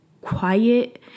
quiet